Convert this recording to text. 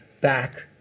back